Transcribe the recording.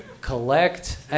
Collect